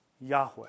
Yahweh